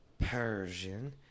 Persian